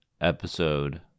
episode